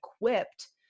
equipped